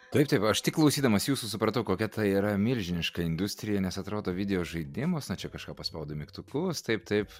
taip taip aš tik klausydamas jūsų supratau kokia tai yra milžiniška industrija nes atrodo videožaidimus na čia kažką paspaudai mygtukus taip taip